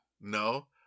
No